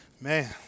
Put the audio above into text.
Man